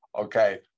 Okay